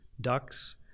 ducks